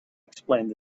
explained